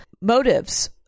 motives